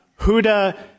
Huda